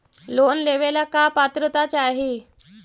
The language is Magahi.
लोन लेवेला का पात्रता चाही?